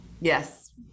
Yes